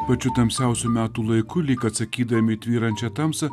pačiu tamsiausiu metų laiku lyg atsakydami į tvyrančią tamsą